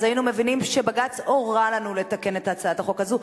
אז היינו מבינים שבג"ץ הורה לנו לתקן את הצעת החוק הזו,